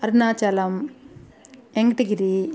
Arunachalam Venkatagiri